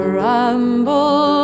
ramble